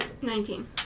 Nineteen